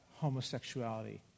homosexuality